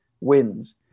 wins